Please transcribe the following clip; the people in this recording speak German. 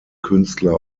künstler